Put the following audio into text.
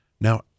Now